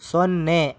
ಸೊನ್ನೆ